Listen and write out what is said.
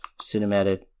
cinematic